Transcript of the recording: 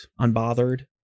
unbothered